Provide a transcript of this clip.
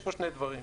יש פה שני דברים.